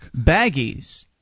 baggies